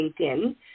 LinkedIn